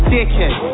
Dickhead